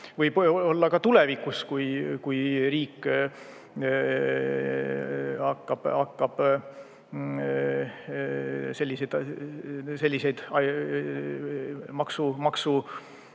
võib-olla ka tulevikus, kui riik hakkab selliseid